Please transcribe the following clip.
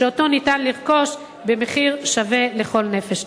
שאותו אפשר לרכוש במחיר שווה לכל נפש.